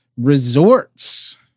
resorts